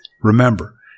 Remember